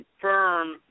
confirm